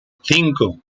cinco